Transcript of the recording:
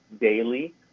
daily